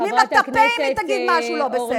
סותמים לה את הפה אם היא תגיד משהו לא בסדר.